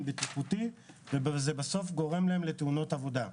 בטיחותי וזה גורם להם בסוף לתאונות עבודה.